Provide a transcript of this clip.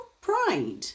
pride